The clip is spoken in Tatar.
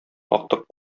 актык